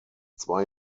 zwei